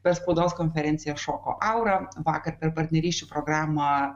per spaudos konferenciją šoko aura vakar per partnerysčių programą